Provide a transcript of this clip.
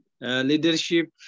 leadership